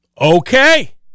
Okay